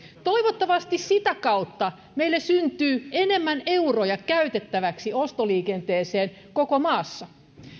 toivottavasti sitä kautta meille syntyy enemmän euroja käytettäväksi ostoliikenteeseen koko maassa